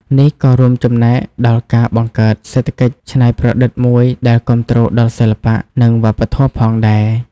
នេះក៏រួមចំណែកដល់ការបង្កើតសេដ្ឋកិច្ចច្នៃប្រឌិតមួយដែលគាំទ្រដល់សិល្បៈ និងវប្បធម៌ផងដែរ។